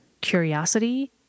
curiosity